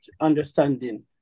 understanding